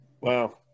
wow